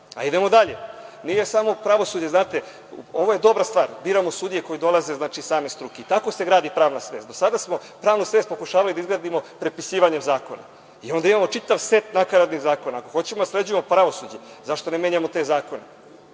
dalje. Nije samo pravosuđe, znate, ovo je dobra stvar, biramo sudije koji dolaze iz same struke. Tako se gradi pravna svest. Do sada smo pravnu svest pokušavali da izgradimo prepisivanjem zakona i onda imamo čitav set nakaradnih zakona. Ako hoćemo da sređujemo pravosuđe, zašto ne menjamo te zakone?